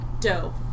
dope